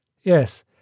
Yes